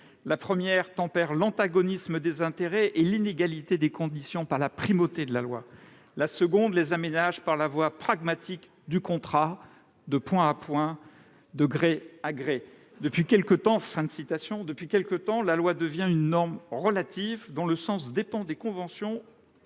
La première tempère l'antagonisme des intérêts et l'inégalité des conditions par la primauté de la loi ; la seconde les aménage par la voie pragmatique du contrat, de point à point, de gré à gré. » Depuis quelque temps, la loi devient une norme relative dont le sens dépend des conventions